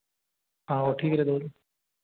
हाँ वह ठीक है दो दिन